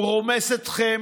הוא רומס אתכם,